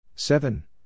Seven